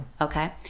okay